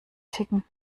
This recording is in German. ticken